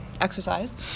exercise